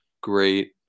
great